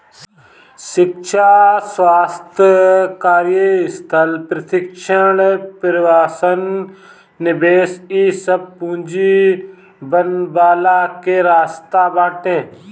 शिक्षा, स्वास्थ्य, कार्यस्थल प्रशिक्षण, प्रवसन निवेश इ सब पूंजी बनवला के रास्ता बाटे